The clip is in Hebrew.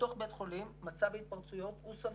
בתוך בית חולים במצב ההתפרצויות הוא סביר.